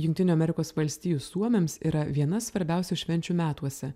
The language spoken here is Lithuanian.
jungtinių amerikos valstijų suomiams yra viena svarbiausių švenčių metuose